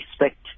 respect